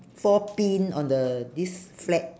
four pin on the this flag